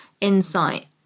insight